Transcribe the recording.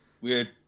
weird